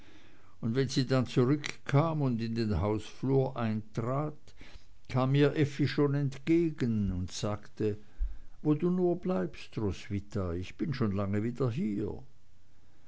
und wenn sie dann zurückkam und in den hausflur eintrat kam ihr effi schon entgegen und sagte wo du nur bleibst roswitha ich bin schon lange wieder hier